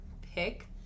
pick